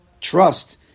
trust